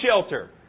shelter